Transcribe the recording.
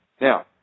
Now